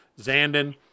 Zandon